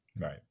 Right